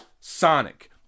Sonic